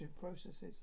processes